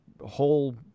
whole